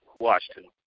Washington